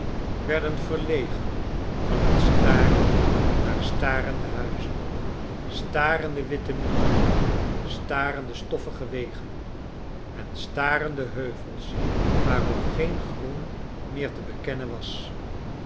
werden verlegen van het staren naar starende huizen starende witte muren starende stoffige wegen en starende heuvels waarop geen groen meer te bekennen was